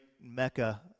Mecca